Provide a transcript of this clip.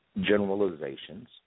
Generalizations